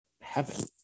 Heaven